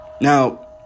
Now